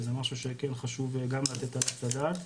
זה משהו שכן חשוב גם לתת עליו את הדעת.